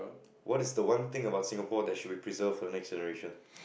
what's the one thing about Singapore that should be preserved for the next generation